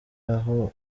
aho